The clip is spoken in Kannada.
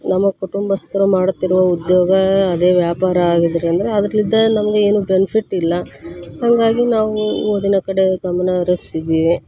ನಮ್ಮ ಕುಟುಂಬಸ್ಥರು ಮಾಡುತ್ತಿರುವ ಉದ್ಯೋಗ ಅದೇ ವ್ಯಾಪಾರ ಆಗಿದ್ರಿಂದ ಅದ್ರಲಿದ್ದ ನಮಗೆ ಏನೂ ಬೆನಿಫಿಟ್ ಇಲ್ಲ ಹಾಗಾಗಿ ನಾವೂ ಓದಿನ ಕಡೆ ಗಮನ ಹರಿಸ್ತಿದ್ದೀವಿ